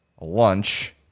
lunch